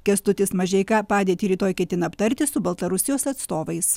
kęstutis mažeika padėtį rytoj ketina aptarti su baltarusijos atstovais